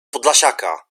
podlasiaka